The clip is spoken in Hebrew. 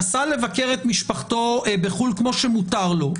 נסע לבקר את משפחתו בחו"ל כמו שמותר לו,